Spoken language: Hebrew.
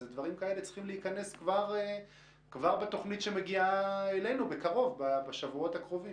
אז דברים כאלה צריכים להיכנס כבר בתוכנית שמגיעה אלינו בשבועות הקרובים.